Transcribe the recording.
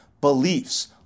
beliefs